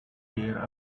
dear